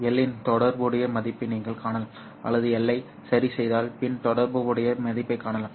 L இன் தொடர்புடைய மதிப்பை நீங்கள் காணலாம் அல்லது L ஐ சரிசெய்தால் பின் தொடர்புடைய மதிப்பைக் காணலாம்